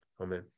Amen